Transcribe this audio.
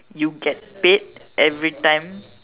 you get paid everytime